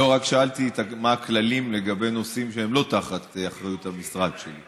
רק שאלתי מה הכללים לגבי נושאים שהם לא תחת אחריות המשרדים שלי.